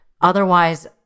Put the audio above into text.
Otherwise